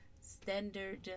Standard